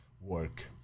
work